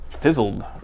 fizzled